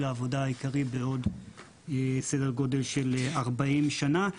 העבודה העיקרי בעוד סדר גודל של 40 שנה.